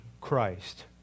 Christ